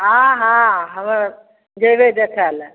हाँ हाँ हमर जयबै देखै लए